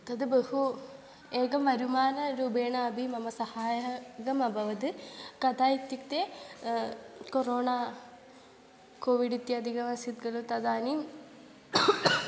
तत् बहु एकमनुमानरूपेण अपि मम सहायकम् अभवत् कदा इत्युक्ते कोरोना कोविड् इत्यादिकम् आसीत् खलु तदानीं